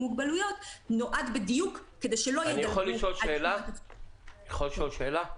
מוגבלויות נועד בדיוק כדי שלא ידלגו על --- אני יכול לשאול שאלה?